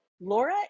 Laura